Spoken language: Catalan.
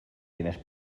diners